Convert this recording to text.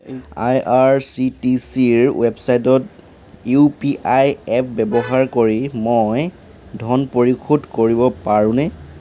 আই R C T চিৰ ৱেবছাইটত U P I app ব্যৱহাৰ কৰি মই ধন পৰিশোধ কৰিব পাৰোনে